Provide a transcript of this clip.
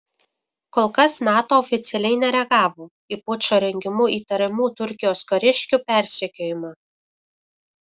kol kas nato oficialiai nereagavo į pučo rengimu įtariamų turkijos kariškių persekiojimą